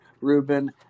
Ruben